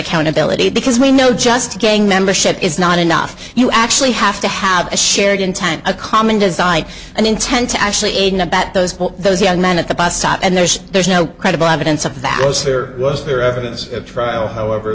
accountability because we know just a gang membership is not enough you actually have to have a shared in time a common design and intent to actually aid and abet those those young men at the bus stop and there's there's no credible evidence of that gross or was there evidence at trial however